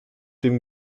dem